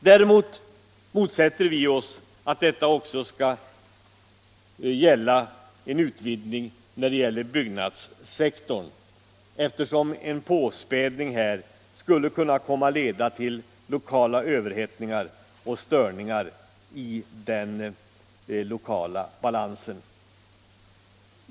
Däremot motsätter vi oss en utvidgning av dessa stödformer till att omfatta även byggnadssektorn, eftersom en påspädning av efterfrågan här skulle kunna leda till lokala överhettningar och störningar i den lokala balansen.